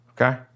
okay